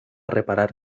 reparar